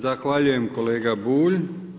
Zahvaljujem kolega Bulj.